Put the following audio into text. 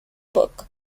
book